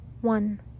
One